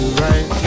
right